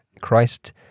christ